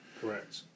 correct